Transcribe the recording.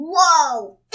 Whoa